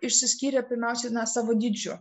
išsiskyrė pirmiausiai na savo dydžiu